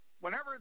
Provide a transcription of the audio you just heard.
whenever